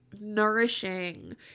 nourishing